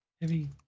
heavy